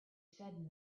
said